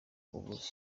buri